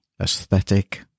aesthetic